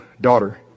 daughter